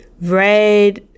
red